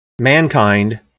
mankind